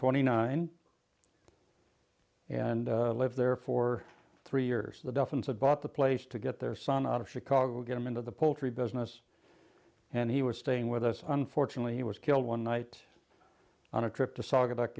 twenty nine and lived there for three years the dolphins had bought the place to get their son out of chicago get him into the poultry business and he was staying with us unfortunately he was killed one night on a trip to sauga